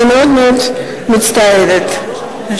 אני מאוד מאוד מצטערת שהממשלה,